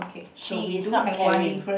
she is not carrying